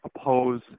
oppose